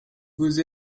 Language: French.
vous